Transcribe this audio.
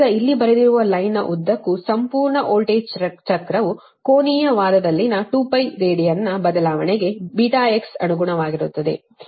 ಈಗ ಇಲ್ಲಿ ಬರೆದಿರುವ ಲೈನ್ನ ಉದ್ದಕ್ಕೂ ಸಂಪೂರ್ಣ ವೋಲ್ಟೇಜ್ ಚಕ್ರವು ಕೋನೀಯ ವಾದದಲ್ಲಿನ2π ರೇಡಿಯನ್ನ ಬದಲಾವಣೆಗೆ βx ಅನುಗುಣವಾಗಿರುತ್ತದೆ